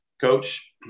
coach